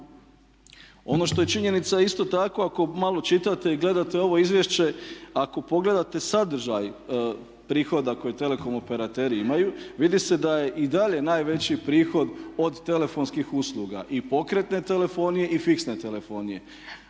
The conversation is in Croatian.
Ono što je činjenica je isto tako ako malo čitate i gledate ovo izvješće, ako pogledate sadržaj prihoda koje telekom operateri imaju vidi se da je i dalje najveći prihod od telefonskih usluga i pokretne telefonije i fiksne telefonije.